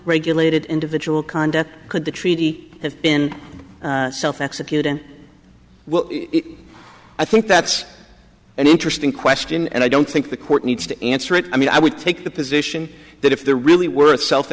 regulated individual conduct could the treaty have been self executing well i think that's an interesting question and i don't think the court needs to answer it i mean i would take the position that if they're really worth self